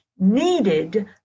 Needed